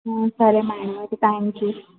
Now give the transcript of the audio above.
సరే madam okay thank you